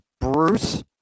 Bruce